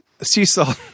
Seesaw